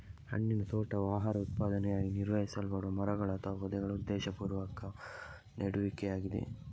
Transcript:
ಹಣ್ಣಿನ ತೋಟವು ಆಹಾರ ಉತ್ಪಾದನೆಗಾಗಿ ನಿರ್ವಹಿಸಲ್ಪಡುವ ಮರಗಳು ಅಥವಾ ಪೊದೆಗಳ ಉದ್ದೇಶಪೂರ್ವಕ ನೆಡುವಿಕೆಯಾಗಿದೆ